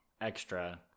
extra